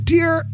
Dear